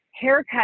haircut